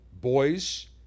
boys